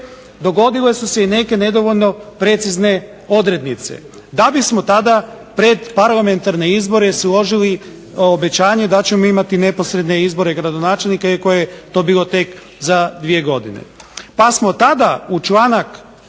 dogodile su se i neke nedovoljno precizne odrednice da bismo tada pred parlamentarne izbore složili obećanje da ćemo imati neposredne izbore gradonačelnika iako je to bilo tek za 2 godine. Pa smo tada u članak